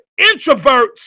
introverts